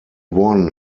won